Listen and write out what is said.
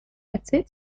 erzählt